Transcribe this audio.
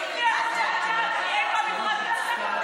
מי את חושבת שאת?